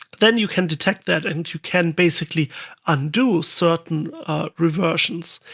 then you can detect that, and you can basically undo certain reversions.